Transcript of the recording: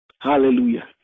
Hallelujah